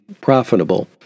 profitable